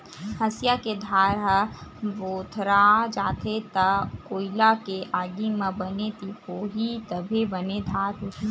हँसिया के धार ह भोथरा जाथे त कोइला के आगी म बने तिपोही तभे बने धार होही